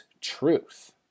truth